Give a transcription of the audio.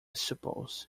suppose